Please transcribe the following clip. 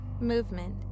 Movement